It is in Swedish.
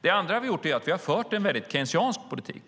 Det andra vi har gjort är att vi har fört en mycket keynesiansk politik.